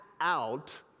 out